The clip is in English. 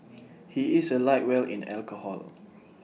he is A lightweight in alcohol